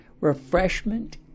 Refreshment